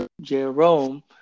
Jerome